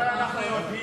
הרי החברים מהימין יודעים